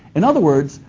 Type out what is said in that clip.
in other words,